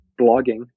blogging